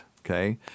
okay